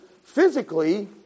physically